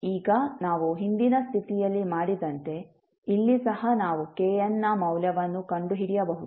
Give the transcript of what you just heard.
ಈಗ ನಾವು ಹಿಂದಿನ ಸ್ಥಿತಿಯಲ್ಲಿ ಮಾಡಿದಂತೆ ಇಲ್ಲಿ ಸಹ ನಾವು kn ನ ಮೌಲ್ಯವನ್ನು ಕಂಡುಹಿಡಿಯಬಹುದು